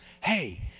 hey